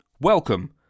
welcome